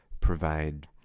provide